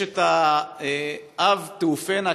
יש "עב תעופינה",